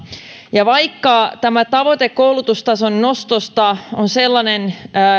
ja vaikka tämä tavoite koulutustason nostosta on sellainen